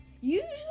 Usually